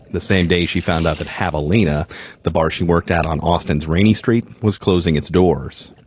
the same day she found out that javelina, the bar she worked at on austin's rainey street, was closing its doors.